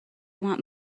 want